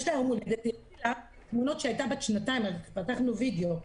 יש לה תמונות כשהייתה בת שנתיים, פתחנו וידאו.